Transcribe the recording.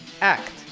act